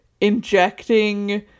injecting